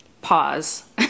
Pause